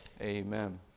Amen